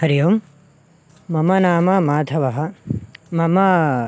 हरिः ओं मम नाम माधवः मम